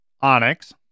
onyx